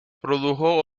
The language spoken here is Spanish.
produjo